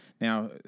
now